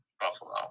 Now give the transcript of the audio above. Buffalo